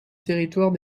territoire